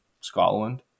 Scotland